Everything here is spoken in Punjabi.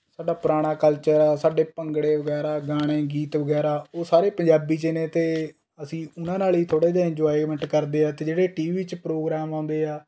ਸਾਡਾ ਪੁਰਾਣਾ ਕਲਚਰ ਹੈ ਸਾਡੇ ਭੰਗੜੇ ਵਗੈਰਾ ਗਾਣੇ ਗੀਤ ਵਗੈਰਾ ਉਹ ਸਾਰੇ ਪੰਜਾਬੀ 'ਚ ਨੇ ਅਤੇ ਅਸੀਂ ਉਨ੍ਹਾਂ ਨਾਲ ਵੀ ਥੋੜ੍ਹਾ ਜਿਹਾ ਇੰਨਜੁਆਏਮੈਂਟ ਕਰਦੇ ਹਾਂ ਅਤੇ ਜਿਹੜੇ ਟੀਵੀ ਵਿੱਚ ਪ੍ਰੋਗਰਾਮ ਆਉਂਦੇ ਹੈ